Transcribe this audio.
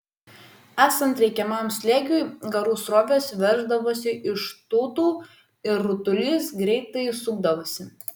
esant reikiamam slėgiui garų srovės verždavosi iš tūtų ir rutulys greitai sukdavosi